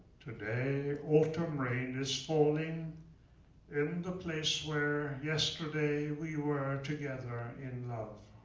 today, autumn rain is falling in the place where yesterday we were together in love.